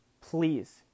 Please